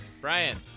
Brian